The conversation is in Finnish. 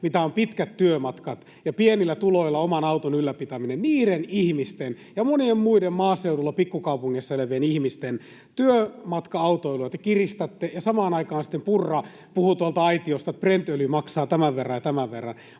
mitä on pitkät työmatkat ja pienillä tuloilla oman auton ylläpitäminen — niiden ihmisten ja monien muiden maaseudulla pikkukaupungeissa elävien ihmisten työmatka-autoilua te kiristätte. Samaan aikaan sitten Purra puhui tuolta aitiosta, että Brent-öljy maksaa tämän verran ja tämän verran.